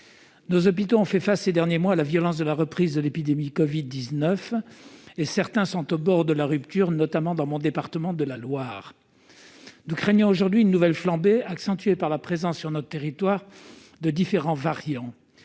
Nos hôpitaux ont fait face ces derniers mois, la violence de la reprise de l'épidémie Covid 19 et certains sont au bord de la rupture, notamment dans mon département de la Loire, nous craignons aujourd'hui une nouvelle flambée accentuée par la présence sur notre territoire de différents, variant